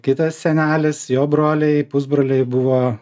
kitas senelis jo broliai pusbroliai buvo